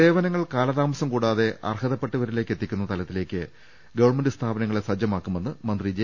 സേവനങ്ങൾ കാലതാമസം കൂടാതെ അർഹതപ്പെട്ടവരിലേക്ക് എത്തിക്കുന്ന തലത്തിലേക്ക് ഗവൺമെന്റ് സ്ഥാപനങ്ങളെ സജ്ജ മാക്കുമെന്ന് മന്ത്രി ജെ